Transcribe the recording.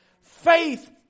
Faith